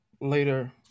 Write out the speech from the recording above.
later